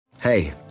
Hey